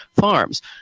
Farms